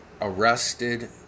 arrested